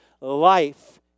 life